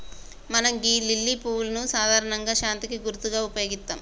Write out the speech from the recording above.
మనం గీ లిల్లీ పువ్వును సాధారణంగా శాంతికి గుర్తుగా ఉపయోగిత్తం